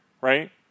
right